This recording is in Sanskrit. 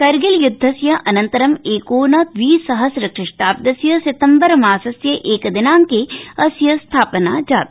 करगिल युदधस्य अनन्तरं एकोन दविसह्रसखिष्टाब्दस्य सितम्बरमासस्य एकदिनाड़के अस्य स्थापना जाता